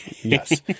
Yes